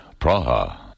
Praha